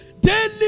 daily